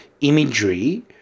imagery